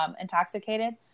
intoxicated